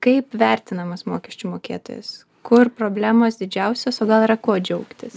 kaip vertinamas mokesčių mokėtojas kur problemos didžiausios o gal yra kuo džiaugtis